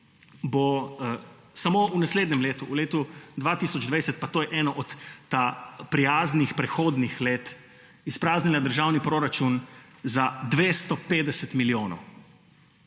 bo samo v naslednjem letu, v letu 2022 – pa to je eno od prijaznih, prehodnih let – izpraznila državni proračun za 250 milijonov.